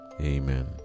Amen